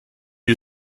you